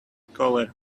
collar